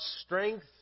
strength